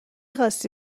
خاستی